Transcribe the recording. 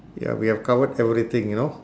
ya we have covered everything you know